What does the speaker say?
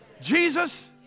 Jesus